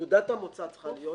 נקודת המוצא צריכה להיות